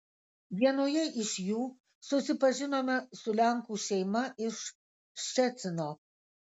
vienoje iš jų susipažinome su lenkų šeima iš ščecino